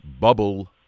bubble